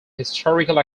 historical